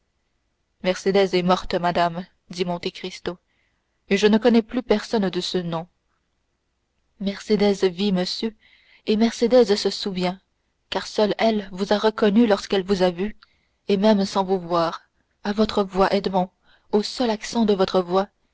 mercédès est morte madame dit monte cristo et je ne connais plus personne de ce nom mercédès vit monsieur et mercédès se souvient car seule elle vous a reconnu lorsqu'elle vous a vu et même sans vous voir à votre voix edmond au seul accent de votre voix